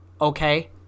okay